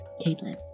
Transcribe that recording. Caitlin